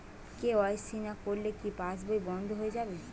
KYC না করলে কি পাশবই বন্ধ হয়ে যাবে?